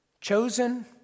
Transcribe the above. chosen